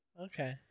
Okay